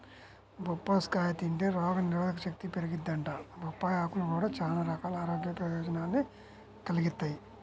బొప్పాస్కాయ తింటే రోగనిరోధకశక్తి పెరిగిద్దంట, బొప్పాయ్ ఆకులు గూడా చానా రకాల ఆరోగ్య ప్రయోజనాల్ని కలిగిత్తయ్